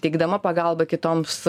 teikdama pagalbą kitoms